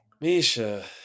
Misha